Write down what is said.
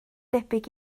debyg